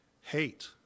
hate